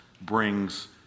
brings